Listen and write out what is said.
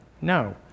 no